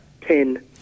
Ten